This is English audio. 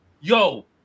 yo